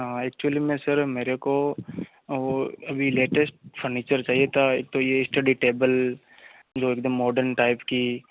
हँ एक्चुअल्ली में सर मेरे को वो अभी लेटेस्ट फर्नीचर चाहिए था एक तो ये स्टडी टेबल जो एकदम मोडर्न टाइप की